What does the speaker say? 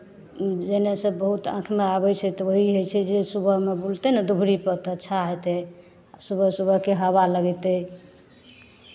जेनाइसँ बहुत आँखिमे आबै छै तऽ वही होइ छै सुबहमे जे बुलतै ने दुबिरीपर तऽ अच्छा हेतै सुबह सुबहके हवा लगेतै